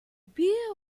beer